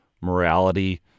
morality